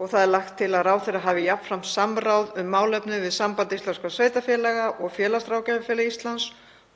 Það er lagt til að ráðherra hafi jafnframt samráð um málefnið við Samband íslenskra sveitarfélaga og Félagsráðgjafafélag Íslands